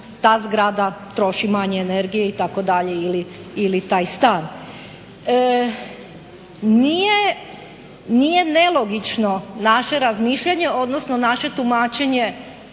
ta zgrada troši manje energije itd. ili taj stan. Nije nelogično naše razmišljanje, odnosno naše tumačenje